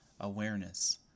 awareness